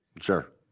Sure